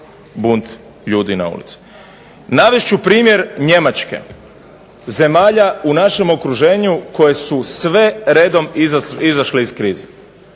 bunt ljudi na ulici. Navest ću primjer Njemačke, zemalja u našem okruženju koje su sve redom izašle iz krize.